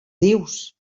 dius